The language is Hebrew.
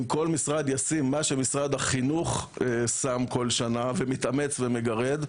אם כל משרד ישים מה שמשרד החינוך שם בכל שנה ומתאמץ ומגרד,